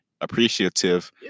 appreciative